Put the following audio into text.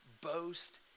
boast